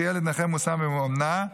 כשילד נכה מושם באומנה,